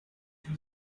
two